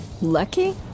Lucky